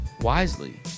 Wisely